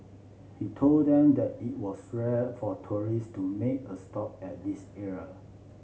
he told them that it was rare for tourists to make a stop at this area